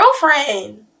girlfriend